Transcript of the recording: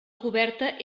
coberta